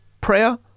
Prayer